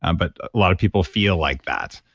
and but a lot of people feel like that,